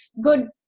good